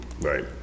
Right